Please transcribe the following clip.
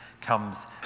comes